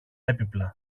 έπιπλα